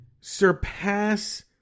surpass